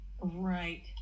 Right